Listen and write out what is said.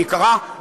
היא יקרה,